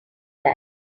that